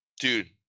Dude